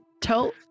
tell